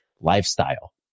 lifestyle